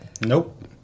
nope